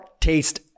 taste